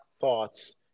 thoughts